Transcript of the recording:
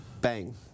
bang